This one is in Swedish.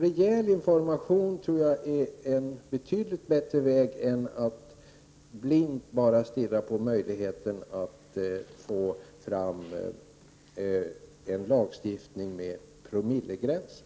Rejäl information är säkert en betydligt bättre väg att gå än att blint stirra på möjligheten att införa en lagstiftning innehållande regler om promillegränser.